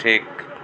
ᱴᱷᱤᱠ